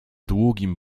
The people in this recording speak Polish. długim